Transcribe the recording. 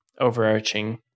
overarching